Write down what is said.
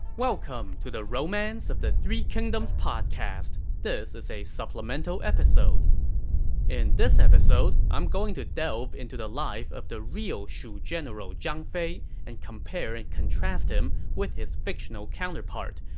welcome to the romance of the three kingdoms podcast. this is a supplemental episode in this episode, i'm going to delve into the life of the real shu general zhang fei and compare and contrast him with his fictional counterpart,